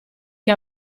che